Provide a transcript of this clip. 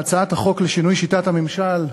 בהצעת החוק לשינוי שיטת הממשל,